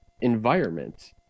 environment